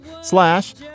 slash